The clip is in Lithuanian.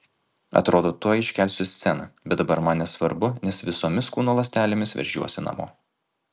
atrodo tuoj iškelsiu sceną bet dabar man nesvarbu nes visomis kūno ląstelėmis veržiuosi namo